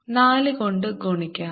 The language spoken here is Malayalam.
4 കൊണ്ട് ഗുണിക്കാം